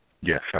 Yes